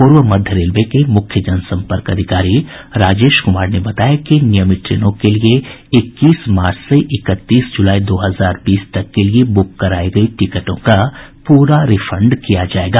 पूर्व मध्य रेलवे के मुख्य जनसंपर्क अधिकारी राजेश कुमार ने बताया कि नियमित ट्रेनों के लिये इक्कीस मार्च से इकतीस जुलाई दो हजार बीस तक के लिये बुक कराई गयी टिकटों का पूरा रिफंड किया जायेगा